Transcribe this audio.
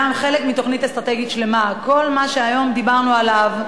חלק מתוכנית אסטרטגית שלמה: כל מה שהיום דיברנו עליו,